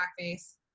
blackface